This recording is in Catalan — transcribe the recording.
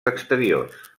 exteriors